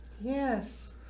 yes